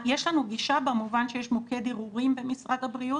יש לנו גישה במובן שיש מוקד ערעורים במשרד הבריאות.